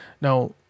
Now